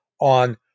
on